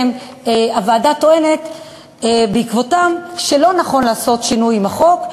הוועדה טוענת בעקבותיהם שלא נכון לעשות שינוי בחוק,